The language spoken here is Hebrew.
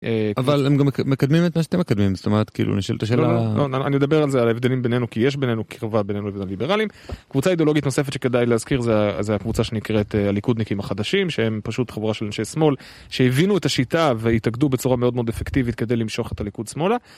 אבל הם גם מקדמים את מה שאתם מקדמים, זאת אומרת, כאילו, נשאלת השאלה... לא, אני אדבר על זה, על ההבדלים בינינו, כי יש בינינו קרבה בינינו לליברלים. קבוצה אידיאולוגית נוספת שכדאי להזכיר זה הקבוצה שנקראת הליכודניקים החדשים, שהם פשוט חבורה של אנשי שמאל שהבינו את השיטה והתאגדו בצורה מאוד מאוד אפקטיבית כדי למשוך את הליכוד שמאלה.